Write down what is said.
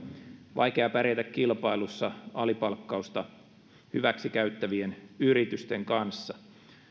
vaikea pärjätä kilpailussa alipalkkausta hyväksi käyttävien yritysten kanssa